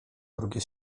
drugie